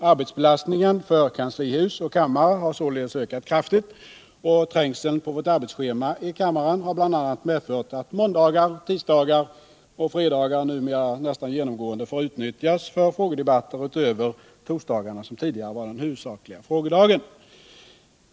Arbetsbelastningen för kanslihus och kammare har således ökat kraftigt, och trängseln på vårt arbetschema i kammaren har bl.a. medfört att måndagar, tisdagar och fredagar numera nästan genomgående får utnyttjas för frågedebatter utöver torsdagarna som tidigare var den huvudsakliga frågedagen.